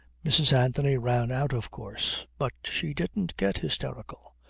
mrs. anthony ran out of course but she didn't get hysterical.